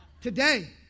Today